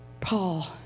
Paul